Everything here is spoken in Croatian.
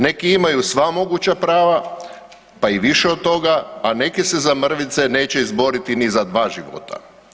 Neki imaju sva moguća prava, pa i više od toga, a neki se za mrvice neće izboriti ni za dva života.